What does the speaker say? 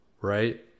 right